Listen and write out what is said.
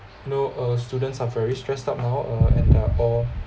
no uh students are very stressed out now uh and are all